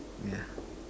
yeah